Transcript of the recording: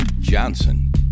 Johnson